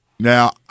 Now